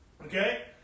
Okay